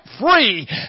free